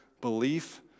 belief